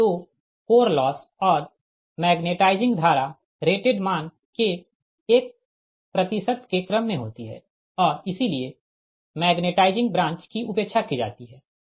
तो core loss और magnetising धारा रेटेड मान के 1 प्रतिशत के क्रम में होती है और इसीलिए मैग्नेटाइजिंग ब्रांच की उपेक्षा की जाती है